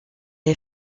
est